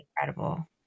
incredible